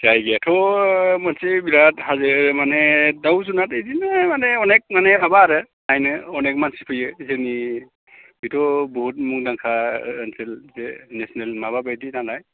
जायगायाथ' मोनसे बिराथ हाजो माने दाउ जुनार बिदिनो मानि अनेख माने हाबा आरो नायनो अनेख मानसि फैयो जोंनि बेथ' बुहुत मुंदांखा ओनसोल नेसनेल माबा बायदि नालाय